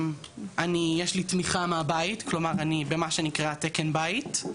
יש לי תמיכה מהבית, אני במה שנקרא תקן בית.